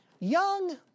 young